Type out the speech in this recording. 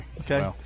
okay